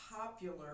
popular